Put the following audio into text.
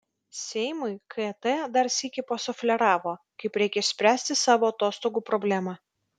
seimui kt dar sykį pasufleravo kaip reikia išspręsti savo atostogų problemą